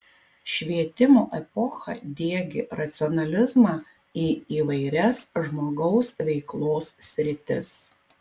švietimo epocha diegė racionalizmą į įvairias žmogaus veiklos sritis